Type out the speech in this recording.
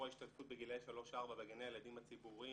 ההשתתפות בגילאי 3-4 בגני הילדים הציבוריים,